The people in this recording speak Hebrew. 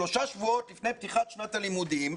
שלושה שבועות לפני פתיחת שנת הלימודים,